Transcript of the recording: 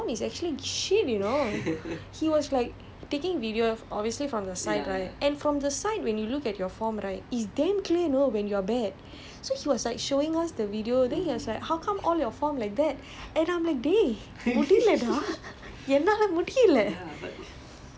then at at first like you don't really feel it right suddenly you try to run ah you will realise your form is actually shit you know he was like taking video obviously from the side right and from the side when you look at your form right is damn clear you know when you are bad so he was like showing us the video then he was like how come all your form like that